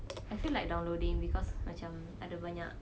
I feel like downloading because macam ada banyak